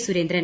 Surendran